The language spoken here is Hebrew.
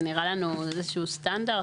זה נראה לנו כאיזשהו סטנדרט,